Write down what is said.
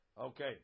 Okay